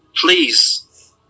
please